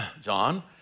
John